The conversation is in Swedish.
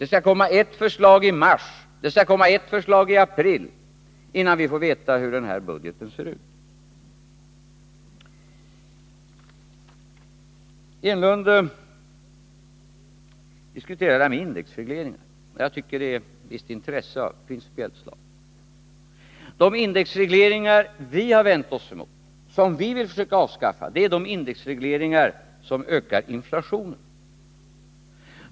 Det skall komma ett förslag i mars och ett i april. Först då får vi veta hur den här budgeten ser ut. Eric Enlund diskuterade indexregleringen. Jag tycker att detta är av principiellt intresse. De indexregleringar som vi vill försöka avskaffa är de som ökar inflationen.